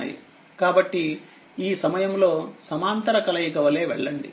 కాబట్టిఈ సమయంలో సమాంతర కలయిక వలె వెళ్ళండి